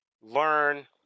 learn